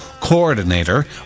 coordinator